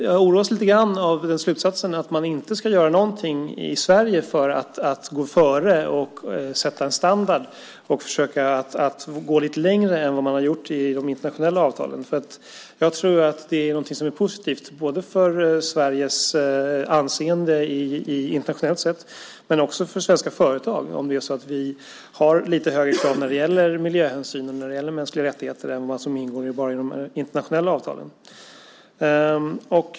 Jag oroas lite grann av slutsatsen att man inte ska göra någonting i Sverige för att gå före och sätta en standard och försöka gå lite längre än vad man har gjort i de internationella avtalen. Om vi har lite högre krav på miljöhänsyn och mänskliga rättigheter än vad som ingår i de internationella avtalen tror jag att det är positivt både för Sveriges anseende internationellt sett och för svenska företag.